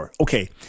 Okay